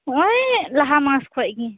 ᱦᱳᱭ ᱞᱟᱦᱟ ᱢᱟᱥ ᱠᱷᱚᱡᱜᱮ